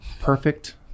Perfect